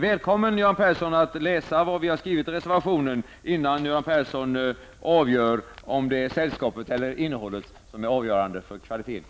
Välkommen, Göran Persson, att läsa det vi har skrivit i reservationen, innan Göran Persson avgör om det är sällskapet eller innehållet som är avgörande för kvaliteten.